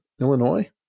Illinois